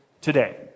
today